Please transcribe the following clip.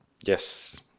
yes